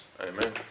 Amen